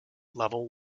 level